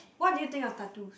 what do you think of tattoos